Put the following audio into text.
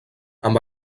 amb